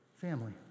family